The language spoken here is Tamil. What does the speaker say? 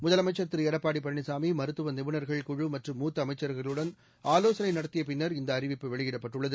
முதலமைச்ச் திரு எடப்பாடி பழனிசாமி மருத்துவ நிபுணர்கள் குழு மற்றும் மூத்த அமைச்ச்களுடன் ஆலோசனை நடத்தி பின்னர் இந்த அறிவிப்பு வெளியிடப்பட்டுள்ளது